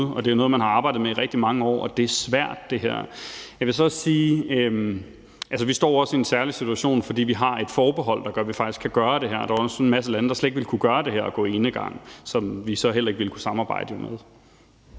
og det er noget, man har arbejdet med i rigtig mange år. Det her er svært. Jeg vil så også sige, at vi står i en særlig situation, fordi vi har et forbehold, der gør, at vi faktisk kan gøre det her. Der er en masse lande, der slet ikke ville kunne gøre det her, nemlig gå enegang, og dem ville vi så heller ikke kunne samarbejde med.